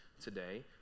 today